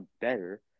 better